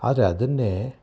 ಆದರೆ ಅದನ್ನೇ